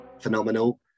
phenomenal